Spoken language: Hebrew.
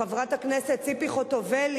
חברת הכנסת ציפי חוטובלי,